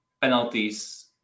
penalties